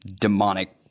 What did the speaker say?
demonic